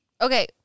okay